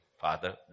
Father